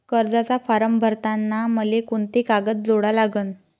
कर्जाचा फारम भरताना मले कोंते कागद जोडा लागन?